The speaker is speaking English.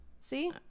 see